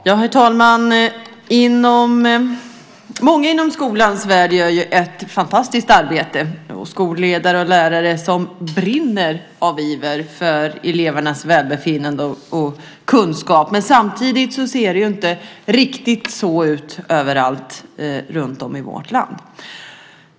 Herr talman! Många inom skolans värld gör ju ett fantastiskt arbete. Det är skolledare och lärare som brinner av iver för elevernas välbefinnande och kunskap. Samtidigt ser det inte ut riktigt så överallt i vårt land.